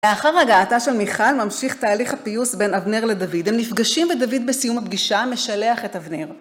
לאחר הגעתה של מיכל, ממשיך תהליך הפיוס בין אבנר לדוד. הם נפגשים בדוד בסיום הפגישה, משלח את אבנר.